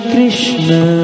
Krishna